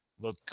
look